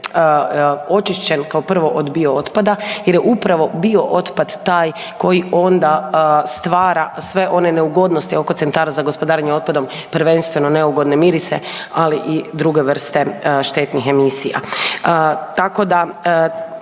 očišćen kao prvo od biootpada jer je upravo biootpad taj koji onda stvara sve one neugodnosti oko centara za gospodarenje otpadom, prvenstveno neugodne mirise, ali i druge vrste štetnih emisija. Tako da,